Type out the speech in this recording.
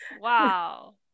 wow